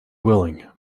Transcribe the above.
willing